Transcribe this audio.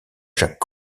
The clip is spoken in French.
jacques